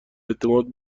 اعتماد